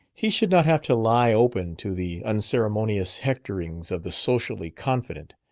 he should not have to lie open to the unceremonious hectorings of the socially confident,